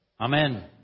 Amen